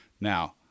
Now